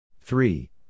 Three